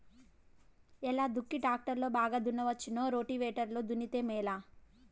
ఎలా దుక్కి టాక్టర్ లో బాగా దున్నవచ్చునా రోటివేటర్ లో దున్నితే మేలా?